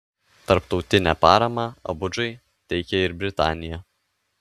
tarptautinę paramą abudžai teikia ir britanija